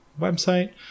website